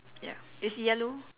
ya it's yellow